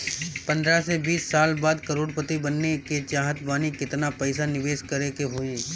पंद्रह से बीस साल बाद करोड़ पति बने के चाहता बानी केतना पइसा निवेस करे के होई?